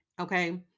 Okay